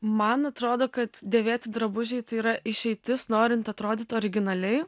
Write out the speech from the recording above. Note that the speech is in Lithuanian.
man atrodo kad dėvėti drabužiai tai yra išeitis norint atrodyt originaliai